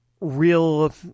real